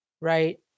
Right